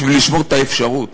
בשביל לשמור את האפשרות